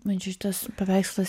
man čia šitas paveikslas